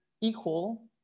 equal